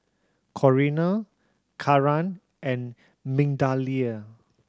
Corrina Karan and Migdalia